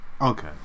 Okay